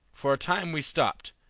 for a time we stopped,